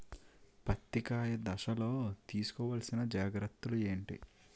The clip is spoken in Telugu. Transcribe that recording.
పత్తి కాయ దశ లొ తీసుకోవల్సిన జాగ్రత్తలు ఏంటి?